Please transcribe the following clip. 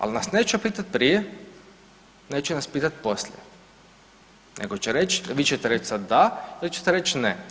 Al nas neće pitat prije, neće nas pitat poslije, nego će reć, vi ćete reć sad da ili ćete reć ne.